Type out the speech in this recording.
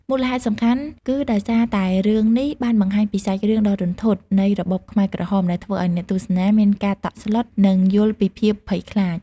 មូលហេតុសំខាន់គឺដោយសារតែរឿងនេះបានបង្ហាញពីសាច់រឿងដ៏រន្ធត់នៃរបបខ្មែរក្រហម ដែលធ្វើឲ្យអ្នកទស្សនាមានការតក់ស្លុត និងយល់ពីភាពភ័យខ្លាច។